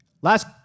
last